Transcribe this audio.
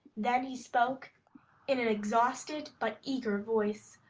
then he spoke in an exhausted but eager voice,